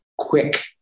quick